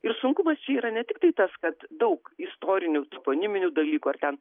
ir sunkumas čia yra ne tiktai tas kad daug istorinių toponiminių dalykų ar ten